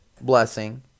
blessing